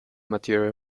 material